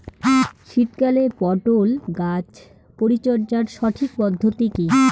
শীতকালে পটল গাছ পরিচর্যার সঠিক পদ্ধতি কী?